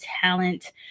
talent